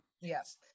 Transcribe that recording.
Yes